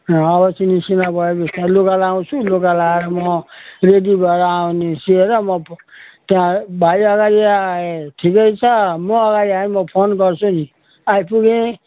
अब चाहिँ निस्किँदा भयो बिस्तारो लुगा लाउँछु लुगा लाएर म रेडी भएर अब निस्केर म त्यहाँ भाइ अगाडि आए ठिकै छ म अगाडि आए म फोन गर्छु नि आइपुगेँ